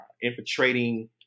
infiltrating